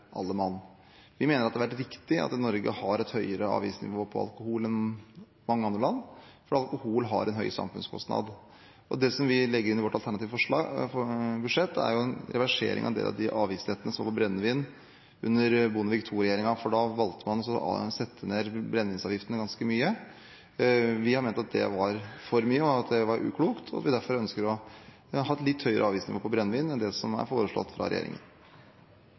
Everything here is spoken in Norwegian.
alle mann. Vi mener det har vært viktig at Norge har et høyere avgiftsnivå på alkohol enn mange andre land, for alkohol har en høy samfunnskostnad. Det som vi legger inn i vårt alternative budsjett, er en reversering av en del av de avgiftslettelsene som kom på brennevin under Bondevik II-regjeringen, for da valgte man å sette ned brennevinsavgiftene ganske mye. Vi har ment at det var for mye, og at det var uklokt, og vi ønsker derfor å ha et litt høyere avgiftsnivå på brennevin enn det som er foreslått fra regjeringen.